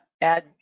add